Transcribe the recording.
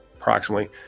approximately